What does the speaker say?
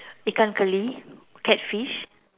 ikan keli catfish